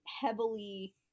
heavily